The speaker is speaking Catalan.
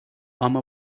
home